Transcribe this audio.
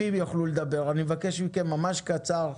אני מבקש מכם לדבר ממש קצר.